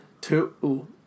two